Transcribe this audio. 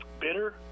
bitter